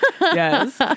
Yes